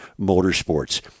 Motorsports